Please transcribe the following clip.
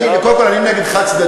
אני, קודם כול, אני נגד חד-צדדיות,